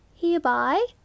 hereby